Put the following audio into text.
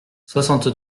soixante